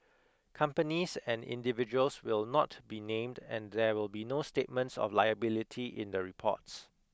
companies and individuals will not be named and there will be no statements of liability in the reports